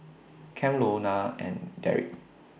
Cam Lona and Derick